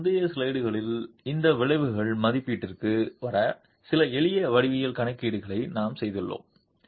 எங்கள் முந்தைய ஸ்லைடுகளில் இந்த வளைவின் மதிப்பீட்டிற்கு வர சில எளிய வடிவியல் கணக்கீடுகளை நாம் செய்துள்ளோம்